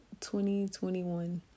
2021